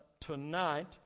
tonight